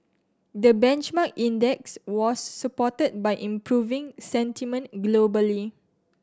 the benchmark index was supported by improving sentiment globally